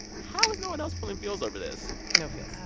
how is no one else feeling feels over this? no feels